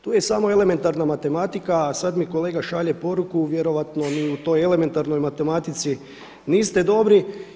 Tu je samo elementarna matematika, a sad mi kolega šalje poruku, vjerojatno ni u toj elementarnoj matematici niste dobri.